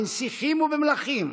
בנסיכים ובמלכים,